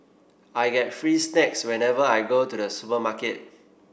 I get free snacks whenever I go to the supermarket